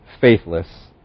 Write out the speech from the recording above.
faithless